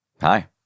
Hi